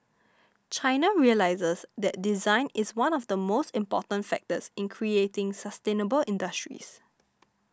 China realises that design is one of the most important factors in creating sustainable industries